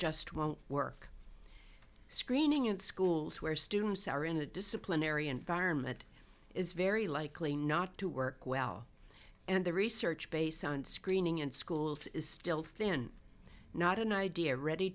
just won't work screening in schools where students are in a disciplinary environment is very likely not to work well and the research based on screening in schools is still thin not an idea ready